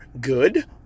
good